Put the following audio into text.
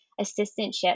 assistantship